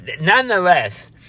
nonetheless